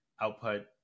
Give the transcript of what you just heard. output